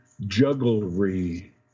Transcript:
jugglery